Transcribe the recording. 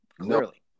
Clearly